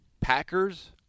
Packers